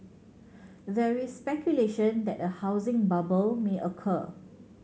very speculation that a housing bubble may occur